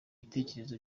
ibitekerezo